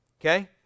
okay